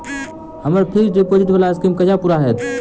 हम्मर fixed deposit वला scheme कहिया पूरा हैत?